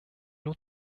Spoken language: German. nur